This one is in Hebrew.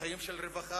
חיים של רווחה,